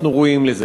אנחנו ראויים לזה.